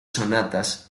sonatas